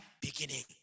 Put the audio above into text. beginning